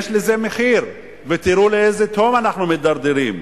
יש לזה מחיר, ותראו לאיזו תהום אנחנו מידרדרים.